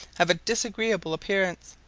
have a disagreeable appearance,